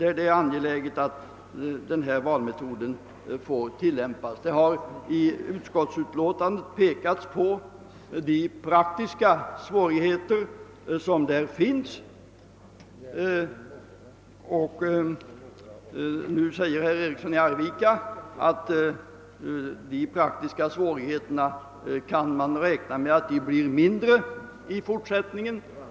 I utskottsutlåtandet har det pekats på de praktiska svårigheter som finns. Herr Eriksson i Arvika säger nu att dessa praktiska svårigheter blir mindre i fortsättningen.